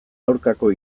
aurkako